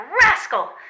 rascal